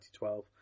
2012